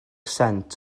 sent